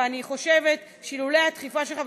ואני חושבת שלולא הדחיפה שלך,